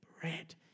bread